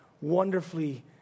wonderfully